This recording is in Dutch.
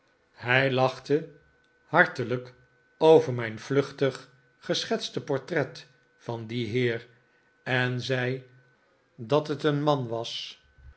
hij lachte hartelijk over mijn vluchtig geschetste portret van dien heer en zei dat het een man was